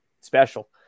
special